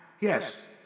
Yes